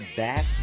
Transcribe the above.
back